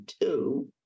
two